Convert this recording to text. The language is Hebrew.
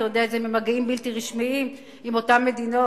אתה יודע את זה ממגעים בלתי רשמיים עם אותן מדינות.